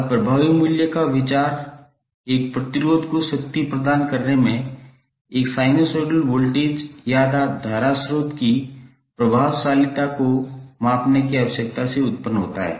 अब प्रभावी मूल्य का विचार एक प्रतिरोध को शक्ति प्रदान करने में एक साइनसोइडल वोल्टेज या धारा स्रोत की प्रभावशीलता को मापने की आवश्यकता से उत्पन्न होता है